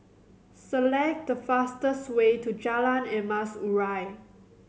select the fastest way to Jalan Emas Urai